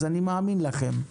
אני מאמין לכם.